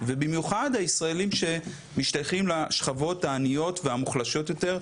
ובמיוחד הישראלים שמשתייכים לשכבות העניות והמוחלשות יותר,